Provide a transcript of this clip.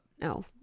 No